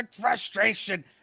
frustration